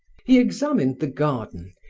he examined the garden,